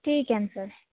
ठीक आहे ना सर